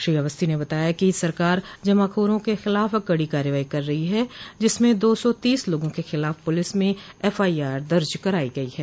श्री अवस्थी न बताया कि सरकार जमाखोरों के खिलाफ कड़ी कार्रवाई कर रही है जिसमें दो सौ तीस लोगों के खिलाफ पुलिस में एफआईआर दर्ज कराई गई है